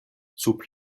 sub